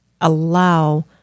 allow